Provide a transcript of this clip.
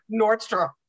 Nordstrom